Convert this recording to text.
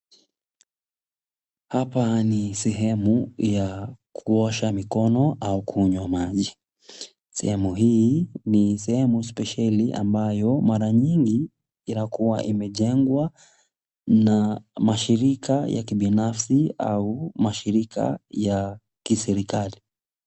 Hapa ni sehemu ya pakuosha mikono au kunywa maji, sehemu hii ni sehemu spesheli ambayo mara nyingi inakuwa imejengwa na mashirika ya kibinafsi au mashirika ya kiserikali.